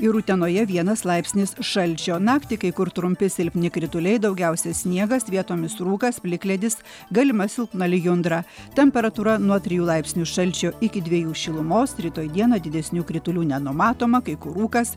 ir utenoje vienas laipsnis šalčio naktį kai kur trumpi silpni krituliai daugiausia sniegas vietomis rūkas plikledis galima silpna lijundra temperatūra nuo trijų laipsnių šalčio iki dviejų šilumos rytoj dieną didesnių kritulių nenumatoma kai kur rūkas